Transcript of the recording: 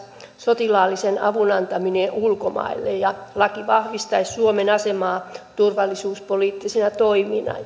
sotilaallisen avun antaminen ulkomaille ja laki vahvistaisi suomen asemaa turvallisuuspoliittisena